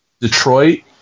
detroit